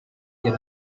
get